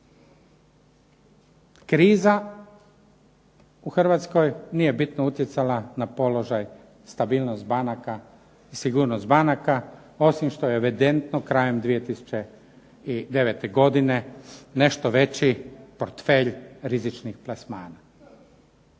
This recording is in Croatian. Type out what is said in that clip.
Kriza u Hrvatskoj nije bitno utjecala na položaj i stabilnost banaka, sigurnost banaka, osim što je evidentno krajem 2009. godine nešto veći portfelj rizičnih plasmana.